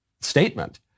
statement